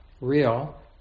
real